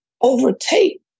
overtake